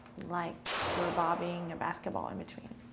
like we're bobbing a basketball in between.